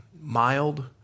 mild